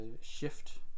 shift